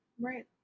Right